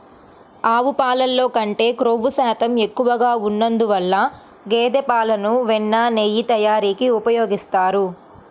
ఆవు పాలల్లో కంటే క్రొవ్వు శాతం ఎక్కువగా ఉన్నందువల్ల గేదె పాలను వెన్న, నెయ్యి తయారీకి ఉపయోగిస్తారు